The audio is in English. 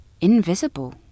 invisible